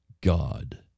God